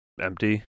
empty